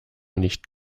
nicht